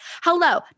hello